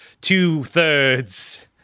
two-thirds